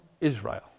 Israel